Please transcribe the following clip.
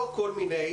לא כל מיני.